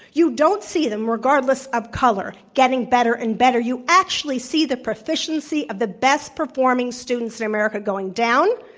you don't see them, regardless of color, getting better and better. you actually see the proficiency of the best performing students in america going down.